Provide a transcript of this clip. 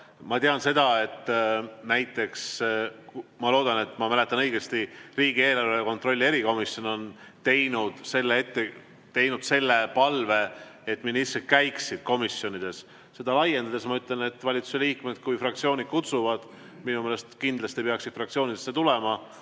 ma tean seda, et näiteks – ma loodan, et ma mäletan õigesti – riigieelarve kontrolli erikomisjon on esitanud palve, et ministrid käiksid komisjonides. Seda laiendades ma ütlen, et valitsuse liikmed, kui fraktsioonid kutsuvad, minu meelest kindlasti peaksid fraktsioonidesse tulema.